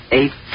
eight